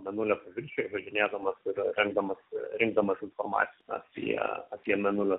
mėnulio paviršiuj važinėdamas ir rengdamas rinkdamas informaciją apie apie mėnulio